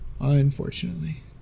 Unfortunately